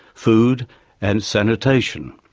food and sanitation.